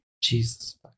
Jesus